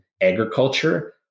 agriculture